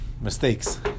mistakes